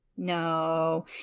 No